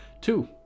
Two